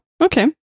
Okay